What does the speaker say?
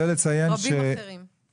אני רוצה לציין שבאף